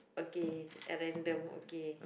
okay and then the okay okay